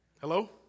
Hello